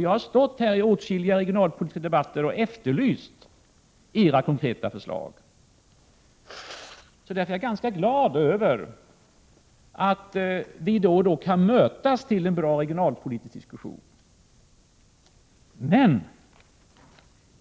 Jag har stått här i åtskilliga regionalpolitiska debatter och efterlyst era konkreta förslag. Jag är därför ganska glad över att vi då och då kan mötas i en bra regionalpolitisk diskussion.